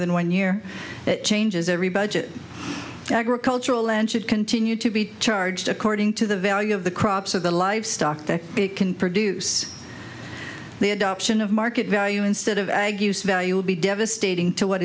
than one year it changes every budget agricultural land should continue to be charged according to the value of the crops or the livestock that it can produce the adoption of market value instead of value will be devastating to what